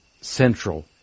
central